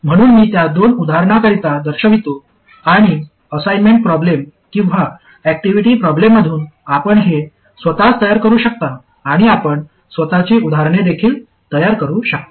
म्हणून मी त्या दोन उदाहरणांकरिता दर्शवितो आणि असाइनमेंट प्रॉब्लेम किंवा ऍक्टिव्हिटी प्रॉब्लेममधून आपण हे स्वतःच तयार करू शकता आणि आपण स्वतची उदाहरणे देखील तयार करू शकता